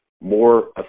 more